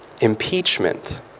Impeachment